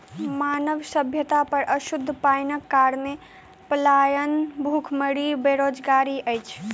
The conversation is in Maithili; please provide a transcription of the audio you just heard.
मानव सभ्यता पर अशुद्ध पाइनक कारणेँ पलायन, भुखमरी, बेरोजगारी अछि